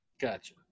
Gotcha